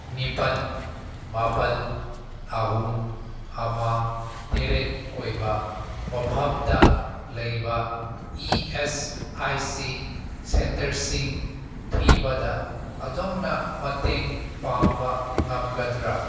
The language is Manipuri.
ꯅꯤꯄꯥꯜ ꯃꯥꯄꯜ ꯑꯍꯨꯝ ꯑꯃ ꯇꯔꯦꯠ ꯑꯣꯏꯕ ꯃꯐꯝꯗ ꯂꯩꯕ ꯏꯤ ꯑꯦꯁ ꯑꯥꯏ ꯁꯤ ꯁꯦꯟꯇꯔꯁꯤꯡ ꯊꯤꯕꯗ ꯑꯗꯣꯝꯅ ꯃꯇꯦꯡ ꯄꯥꯡꯕ ꯉꯝꯒꯗ꯭ꯔꯥ